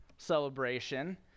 celebration